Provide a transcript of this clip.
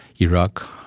Iraq